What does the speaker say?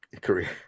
career